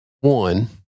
One